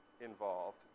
involved